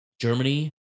Germany